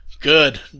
good